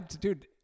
Dude